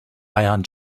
ion